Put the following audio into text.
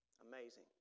Amazing